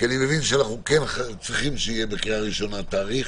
כי אני מבין שכן צריך להיות בקריאה ראשונה תאריך,